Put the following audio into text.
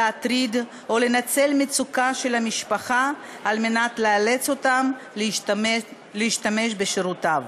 להטריד או לנצל מצוקה של המשפחה על מנת לאלץ אותם להשתמש בשירותיו.